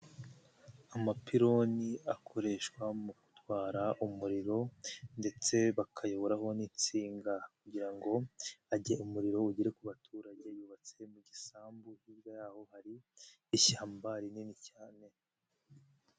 Amapironi akoreshwa mu gutwara umuriro ndetse bakayoboraho n'insinga kugira ngo ajye umuriro ugere ku baturage, yubatse mu gisambu hirya yaho hari ishyamba rinini cyane.